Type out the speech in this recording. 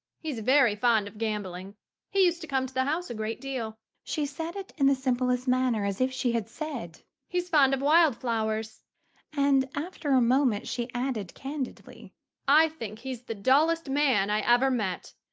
he's very fond of gambling he used to come to the house a great deal. she said it in the simplest manner, as if she had said he's fond of wild-flowers and after a moment she added candidly i think he's the dullest man i ever met.